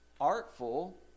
Artful